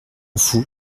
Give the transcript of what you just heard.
fous